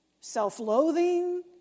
Self-loathing